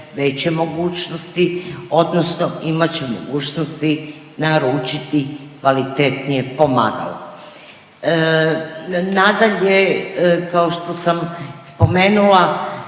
veće mogućnosti odnosno imat će mogućnosti naručiti kvalitetnije pomagalo. Nadalje, kao što sam spomenula